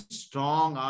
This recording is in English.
strong